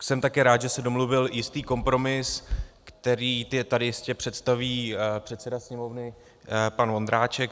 Jsem také rád, že se domluvil jistý kompromis, který tady jistě představí předseda Sněmovny pan Vondráček.